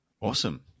Awesome